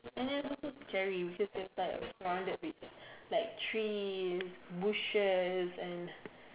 and then cherries is like surrounded beach like trees bushes and